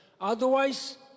Otherwise